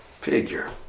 figure